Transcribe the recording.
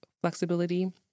flexibility